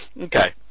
Okay